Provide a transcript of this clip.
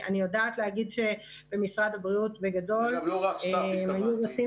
אני יכולה להגיד שבמשרד הבריאות בגדול היו רוצים